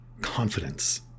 confidence